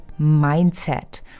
mindset